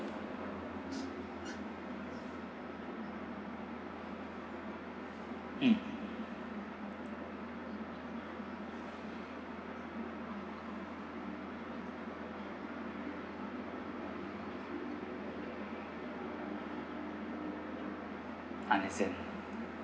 mm understand